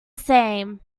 same